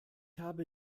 habe